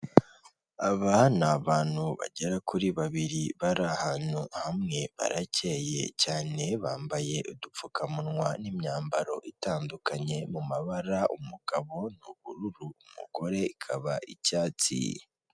Aba ni abantu bagera kuri babiri bari ahantu hamwe baracyeye cyane bambaye udupfukamunwa n'imyambaro itandukanye mu mabara umugabo, ubururu ,umugore ikaba icyatsi.